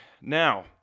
Now